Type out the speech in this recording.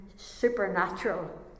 supernatural